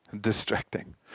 distracting